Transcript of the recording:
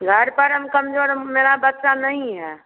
घर पर हम कमजोर मेरा बच्चा नहीं है